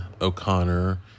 O'Connor